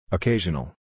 Occasional